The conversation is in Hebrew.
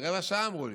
רבע שעה, אמרו לי.